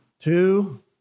Two